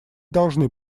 должны